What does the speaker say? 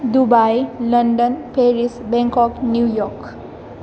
Dubai London Paris Bangkok New York